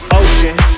ocean